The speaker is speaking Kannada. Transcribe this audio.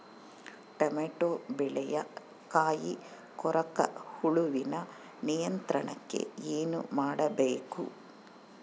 ಟೊಮೆಟೊ ಬೆಳೆಯ ಕಾಯಿ ಕೊರಕ ಹುಳುವಿನ ನಿಯಂತ್ರಣಕ್ಕೆ ಏನು ಮಾಡಬೇಕು?